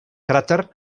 cràter